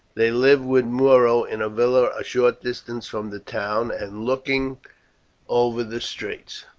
they lived with muro in a villa a short distance from the town, and looking over the straits.